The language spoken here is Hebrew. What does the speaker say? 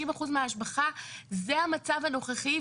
50% מההשבחה זה המצב הנוכחי.